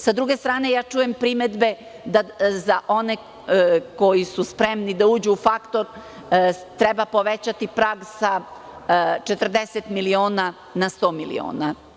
Sa druge strane, ja čujem primedbe za one koji su spremni da uđu u faktor, treba povećati prag sa 40 miliona na 100 miliona.